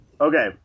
Okay